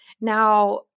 Now